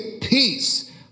peace